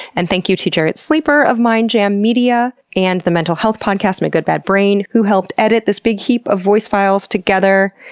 and thank you to jarrett sleeper of mindjam media, and the mental health podcast my good bad brain, who helped edit this big heap of voice files together.